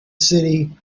city